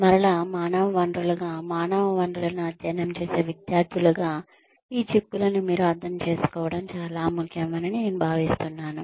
మరలా మానవ వనరులుగా మానవ వనరులను అధ్యయనం చేసే విద్యార్థులుగా ఈ చిక్కులను మీరు అర్థం చేసుకోవడం చాలా ముఖ్యం అని నేను భావిస్తున్నాను